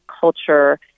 culture